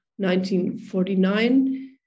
1949